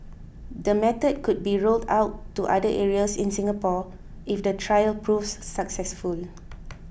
the method could be rolled out to other areas in Singapore if the trial proves successful